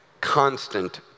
constant